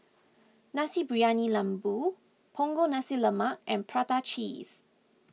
Nasi Briyani Lembu Punggol Nasi Lemak and Prata Cheese